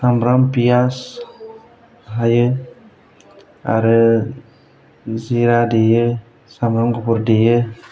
सामब्रान पियाज हायो आरो जिरा देयो सामब्राम गुफुर देयो